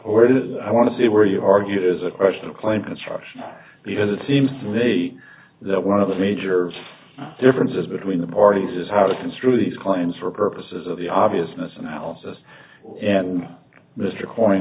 or did i want to be where you argued is a question of claim construction because it seems to me that one of the major differences between the parties is how to construe these claims for purposes of the obviousness analysis and mr co